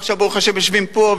ועכשיו ברוך השם יושבים פה,